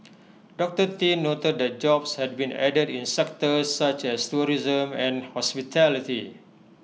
doctor tin noted that jobs had been added in sectors such as tourism and hospitality